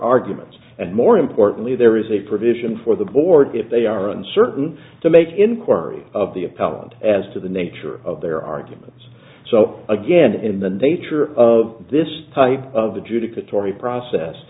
arguments and more importantly there is a provision for the board if they are uncertain to make inquiries of the appellant as to the nature of their arguments so again in the nature of this type of the judy kotori process